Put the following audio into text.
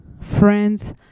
friends